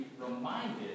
reminded